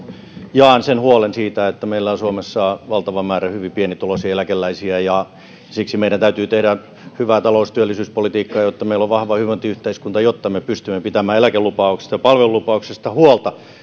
jaan sen huolen siitä että meillä on suomessa valtava määrä hyvin pienituloisia eläkeläisiä siksi meidän täytyy tehdä hyvää talous ja työllisyyspolitiikkaa jotta meillä on vahva hyvinvointiyhteiskunta jotta me pystymme pitämään eläkelupauksista ja palvelulupauksista huolta